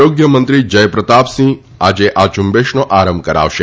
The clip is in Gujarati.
આરોગ્ય મંત્રી જયપ્રતાપસિંહ આજે આ ઝૂંબેશનો આરંભ કરાવશે